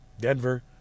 Denver